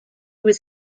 was